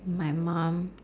my mum